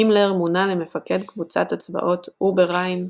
הימלר מונה למפקד קבוצת הצבאות "אובר ריין"